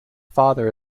father